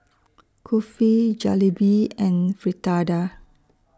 Kulfi Jalebi and Fritada